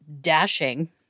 dashing